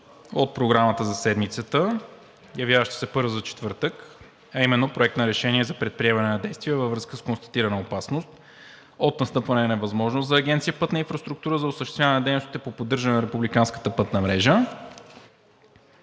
от Програмата за седмицата, явяваща се първа за четвъртък, а именно: Проект на решение за предприемане на действия във връзка с констатирана опасност от настъпване на невъзможност за Агенция „Пътна инфраструктура“ за осъществяване на дейностите по поддържане на